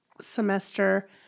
semester